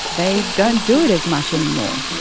they don't do it as much anymore.